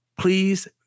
please